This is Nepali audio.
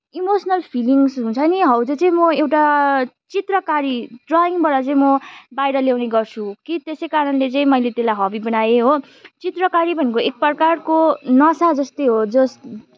इमोसनल फिलिङ्स हुन्छ नि हौ त्यो चाहिँ म एउटा चित्रकारी ड्रइङबाट चाहिँ म बाहिर ल्याउने गर्छु कि त्यसै कारणले चाहिँ मैले त्यसलाई हबी बनाएँ हो चित्रकारी भनेको एक प्रकारको नसा जस्तै हो जस